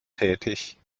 tätig